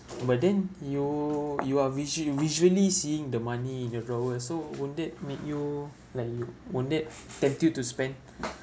but then you you are visual visually seeing the money in your drawer so wouldn't it make you like you wanted tempted to spend